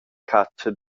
catscha